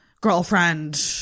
girlfriend